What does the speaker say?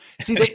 See